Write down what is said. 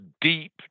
deep